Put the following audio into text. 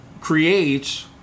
creates